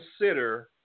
consider